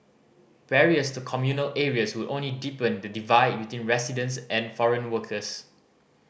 barriers to communal areas would only deepen the divide between residents and foreign workers